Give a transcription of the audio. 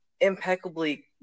impeccably